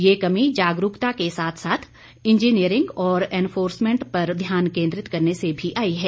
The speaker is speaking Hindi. ये कमी जागरूकता के साथ साथ इंजीनियरिंग और एनफोर्समेंट पर ध्यान केंद्रित करने से भी आई है